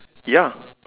ya